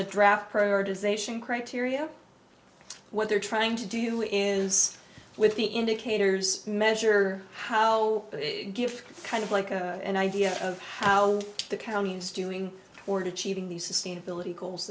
the draft prioritization criteria what they're trying to do is with the indicators measure how they give kind of like an idea of how the county is doing toward achieving these sustainability goals